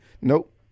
Nope